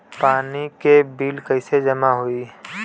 पानी के बिल कैसे जमा होयी?